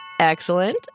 Excellent